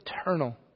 eternal